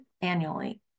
annually